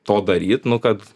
to daryt nu kad